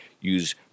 use